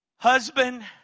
Husband